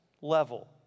level